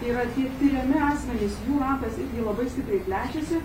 tai yra tie tiriami asmenys jų ratas irgi labai stipriai plečiasi